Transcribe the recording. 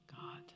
God